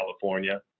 California